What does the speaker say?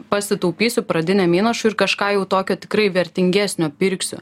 pasitaupysiu pradiniam įnašui ir kažką jau tokio tikrai vertingesnio pirksiu